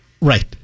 Right